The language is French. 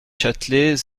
châtelet